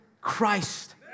Christ